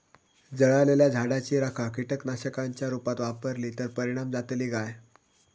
जळालेल्या झाडाची रखा कीटकनाशकांच्या रुपात वापरली तर परिणाम जातली काय?